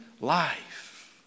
life